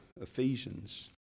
Ephesians